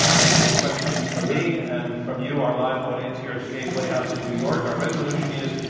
ah they take questions from me, and from you, our live audience, here at the kaye playhouse, in new york. our resolution is,